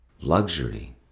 Luxury